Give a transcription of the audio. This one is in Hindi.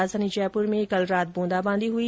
राजधानी जयपुर में भी कल रात ब्रूदाबादी हुई